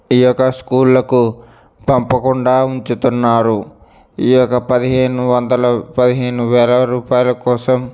ఈ యొక్క స్కూళ్ళకు పంపకుండా ఉంచుతున్నారు ఈ యొక్క పదిహేను వందల పదిహేను వేల రూపాయల కోసం